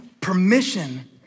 permission